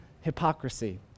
hypocrisy